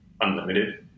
unlimited